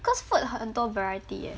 cause food 很多 variety eh